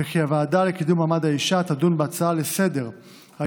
וכי והוועדה לקידום מעמד האישה תדון בהצעה לסדר-היום